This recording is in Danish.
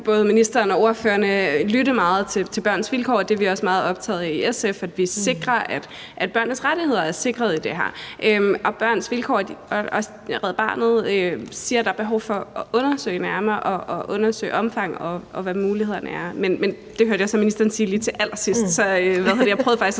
både ministeren og ordførerne lytte meget til Børns Vilkår, og det er vi også meget optaget af i SF, altså at vi sikrer, at børnenes rettigheder er sikret i det her. Og Børns Vilkår og Red Barnet siger, der er behov for at undersøge det nærmere og undersøge omfanget, og hvad mulighederne er. Men det hørte jeg så ministeren sige lige til allersidst, så jeg prøvede faktisk at